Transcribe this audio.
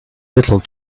little